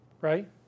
right